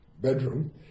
bedroom